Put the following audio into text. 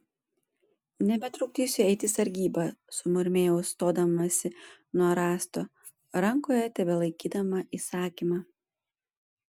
nebetrukdysiu eiti sargybą sumurmėjau stodamasi nuo rąsto rankoje tebelaikydama įsakymą